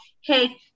hey